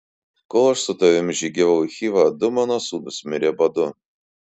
kol aš su tavimi žygiavau į chivą du mano sūnūs mirė badu